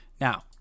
Now